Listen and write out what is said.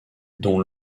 dont